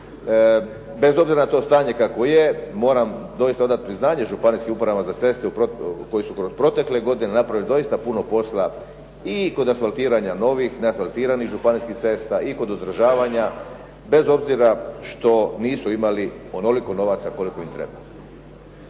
Bez obzira na to stanje kakvo je moram doista odati priznanje županijskim upravama za ceste koji su protekle godine napravili doista puno posla i kod asfaltiranja novih neasfaltiranih cesta, i kod održavanja bez obzira što nisu imali onoliko novaca koliko im treba.